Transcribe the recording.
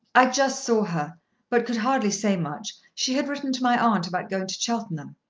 i just saw her but could hardly say much. she had written to my aunt about going to cheltenham.